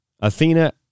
Athena